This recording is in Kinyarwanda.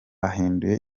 bahinduye